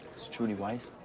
it's trudy weiss?